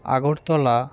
Agartala